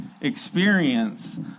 experience